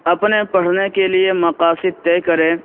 اپنے پڑھنے کے لیے مقاصد طے کریں